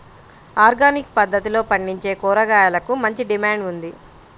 organic పద్దతిలో పండించే కూరగాయలకు మంచి డిమాండ్ ఉంది